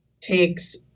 takes